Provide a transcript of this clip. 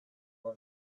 were